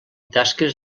tasques